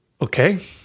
Okay